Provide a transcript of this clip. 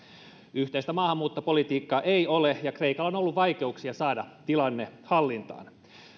yhteistä maahanmuuttopolitiikkaa ei ole ja kreikalla on ollut vaikeuksia saada tilanne hallintaan